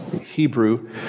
Hebrew